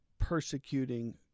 Persecuting